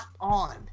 on